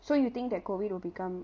so you think that COVID will become